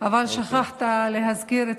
זה חוק ממשלתי,